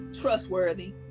trustworthy